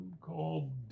called